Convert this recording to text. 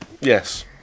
Yes